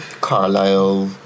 Carlisle